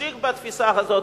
נמשיך בתפיסה הזאת.